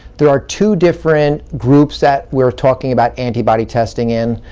there are two different groups that we're talking about antibody testing in.